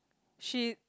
she